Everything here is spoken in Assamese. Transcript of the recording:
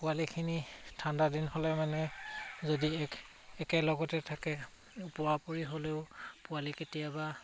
পোৱালিখিনি ঠাণ্ডা দিন হ'লে মানে যদি এক একেলগতে থাকে ওপৰা ওপৰি হ'লেও পোৱালি কেতিয়াবা